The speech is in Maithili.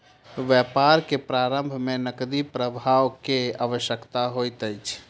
व्यापार के प्रारम्भ में नकदी प्रवाह के आवश्यकता होइत अछि